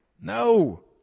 No